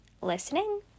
listening